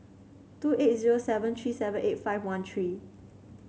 two eight zero seven three seven eight five one three